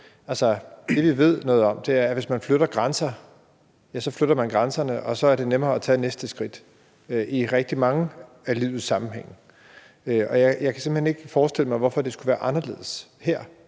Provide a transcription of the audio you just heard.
Altså, det, vi ved noget om, er, at man, hvis man flytter grænser, ja, så flytter grænserne, og så er det nemmere at tage næste skridt i rigtig mange af livets sammenhænge. Og jeg kan simpelt hen ikke forestille mig, hvorfor det skulle være anderledes her.